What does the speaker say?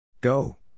go